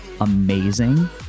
amazing